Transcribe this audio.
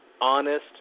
honest